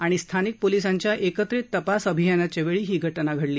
आणि स्थानिक पोलिसांच्या एकत्रित तपास अभियानाच्या वेळी ही घटना घडली